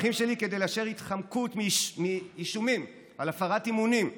הערכים שלי כדי לאשר התחמקות מאישומים על הפרת אמונים,